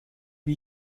wie